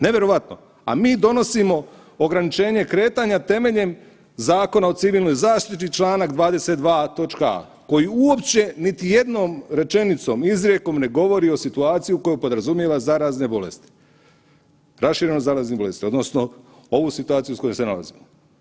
Nevjerojatno, a mi donosimo ograničenje kretanja temeljem Zakona o civilnoj zaštiti čl. 22. točka a koju uopće niti jednom rečenicom, izrijekom ne govori o situaciji koja podrazumijeva zarazne bolesti, zaštitu od zarazne bolesti odnosno ovu situaciju u kojoj se nalazimo.